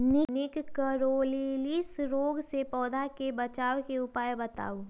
निककरोलीसिस रोग से पौधा के बचाव के उपाय बताऊ?